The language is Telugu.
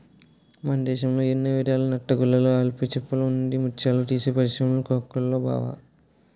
మన దేశం ఎన్నో విధాల నత్తగుల్లలు, ఆల్చిప్పల నుండి ముత్యాలు తీసే పరిశ్రములు కోకొల్లలురా బావా